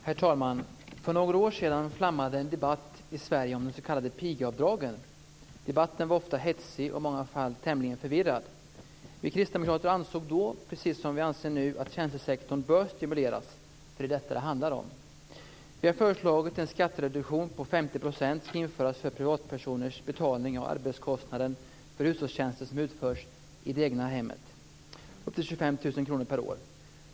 Herr talman! För några år sedan flammade en debatt upp i Sverige om de s.k. pigavdragen. Debatten var ofta hetsig och i många fall tämligen förvirrad. Vi kristdemokrater ansåg då, precis som vi anser nu, att tjänstesektorn bör stimuleras. Det är ju detta som det handlar om. Vi har föreslagit att en skattereduktion på 50 % skall införas för privatpersoner när det gäller betalning av arbetskostnaden för hushållstjänster som utförs i det egna hemmet. Det gäller upp till 25 000 kr per år.